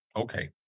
Okay